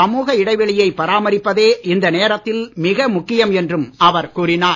சமூக இடைவெளியை பராமரிப்பதே இந்த நேரத்தில் மிக முக்கியம் என்றும் அவர் கூறினார்